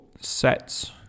sets